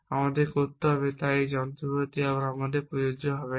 আমাদের করতে হবে তাই এই যন্ত্রপাতি আর আমাদের প্রযোজ্য হবে না